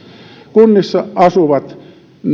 kunnissa asuvat